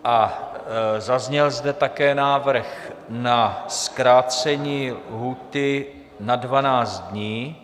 A zazněl zde také návrh na zkrácení lhůty na 12 dnů.